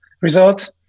result